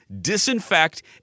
disinfect